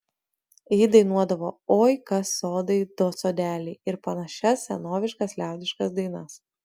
ji dainuodavo oi kas sodai do sodeliai ir panašias senoviškas liaudiškas dainas